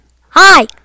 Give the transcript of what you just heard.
Hi